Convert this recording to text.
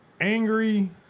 angry